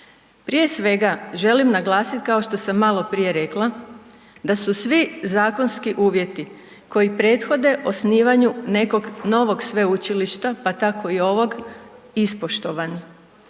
Prije svega želim naglasiti kao što sam malo prije rekla, da su svi zakonski uvjeti koji prethode osnivanju nekog novog sveučilišta, pa tako i ovog, ispoštovani.